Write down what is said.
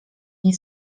nie